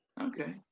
Okay